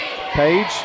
Page